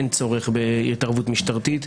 אין צורך בהתערבות משטרתית.